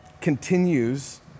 Continues